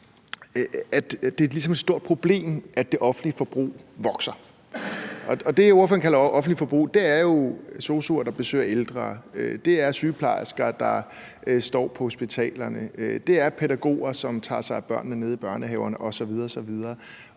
er et stort problem, at det offentlige forbrug vokser. Det, ordføreren kalder for offentligt forbrug, er jo sosu'er, der besøger ældre; det er sygeplejersker, der er på hospitalerne; det er pædagoger, som tager sig af børnene nede i børnehaven osv. osv.